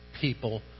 people